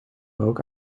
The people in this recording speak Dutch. ook